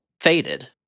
faded